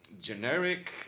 generic